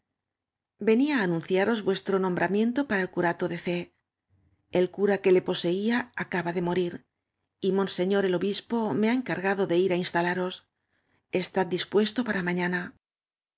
á anunciaros vuestro nombramiento para el curato de c el cura que le poseía aca ba de morir y monseñor el obispóme ha encar gado de ir á instalaros estad dispuesto para ma